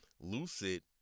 lucid